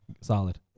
Solid